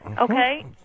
Okay